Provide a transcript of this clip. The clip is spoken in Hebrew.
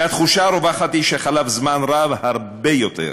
והתחושה הרווחת היא שחלף זמן רב הרבה יותר.